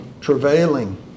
travailing